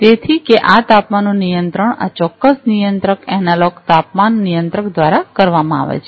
તેથી કે આ તાપમાનનું નિયંત્રણ આ ચોક્કસ નિયંત્રક એનાલોગ તાપમાન નિયંત્રક દ્વારા કરવામાં આવે છે